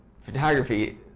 photography